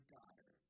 Daughter